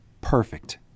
perfect